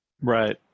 Right